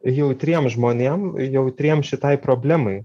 jautriem žmonėm jautriem šitai problemai